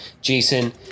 Jason